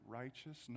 righteous